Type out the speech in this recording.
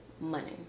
money